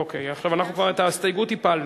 אוקיי, עכשיו אנחנו כבר את ההסתייגות הפלנו.